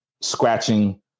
scratching